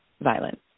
violence